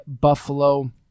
Buffalo